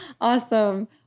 Awesome